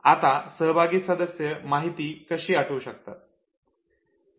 आता सहभागी सदस्य माहिती कशी आठवू शकतात